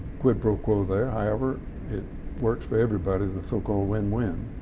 quid pro quo there however it works for everybody. the so-called win-win.